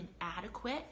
inadequate